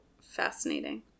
fascinating